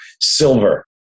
silver